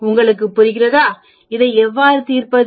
உங்களுக்கு புரிகிறதா இதை எவ்வாறு தீர்ப்பது